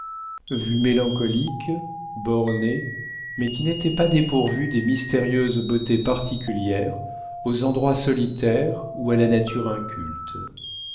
vue mélancolique bornée mais qui n'était pas dépourvue des mystérieuses beautés particulières aux endroits solitaires ou à la nature inculte